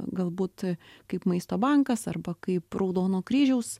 galbūt kaip maisto bankas arba kaip raudono kryžiaus